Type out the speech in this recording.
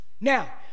now